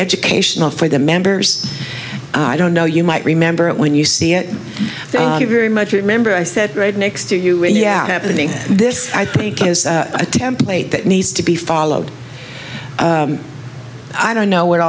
educational for the members i don't know you might remember it when you see it very much remember i said right next to you and yeah happening this i think is a template that needs to be followed i don't know wh